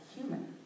human